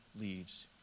leaves